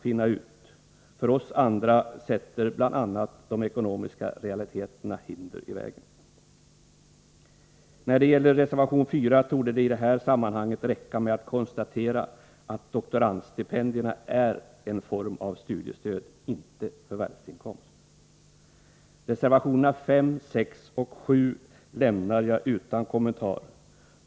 För oss andra lägger bl.a. de ekonomiska realiteterna hinder i vägen. Beträffande reservation 4 torde det i det här sammanhanget räcka med att konstatera att doktorandstipendierna är en form av studiestöd, inte förvärvsinkomst. Reservationerna 5, 6 och 7 lämnar jag utan kommentar.